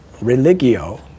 religio